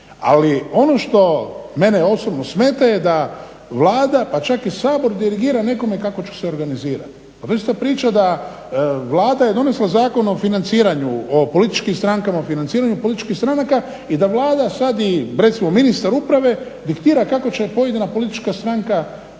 Ali ono što mene osobno smeta je da Vlada pa čak i Sabor dirigira nekome kako će se organizirati. Pa to je ista priča da, Vlada je donesla Zakon o financiranju o političkih strankama, o financiranju političkih stranaka i da Vlada sad i recimo ministar uprave diktira kako će pojedina politička stranka